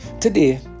Today